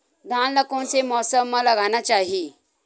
धान ल कोन से मौसम म लगाना चहिए?